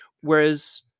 Whereas